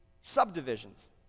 subdivisions